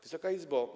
Wysoka Izbo!